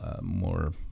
more